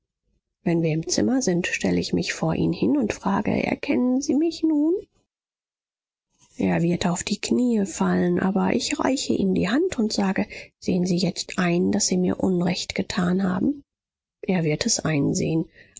wenn wir im zimmer sind stell ich mich vor ihn hin und frage erkennen sie mich nun er wird auf die knie fallen aber ich reiche ihm die hand und sage sehen sie jetzt ein daß sie mir unrecht getan haben er wird es einsehen